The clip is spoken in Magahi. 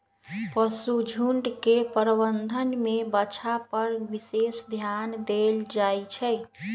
पशुझुण्ड के प्रबंधन में बछा पर विशेष ध्यान देल जाइ छइ